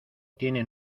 tiene